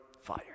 fire